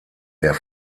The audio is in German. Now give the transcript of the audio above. der